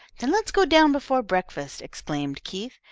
then let's go down before breakfast, exclaimed keith,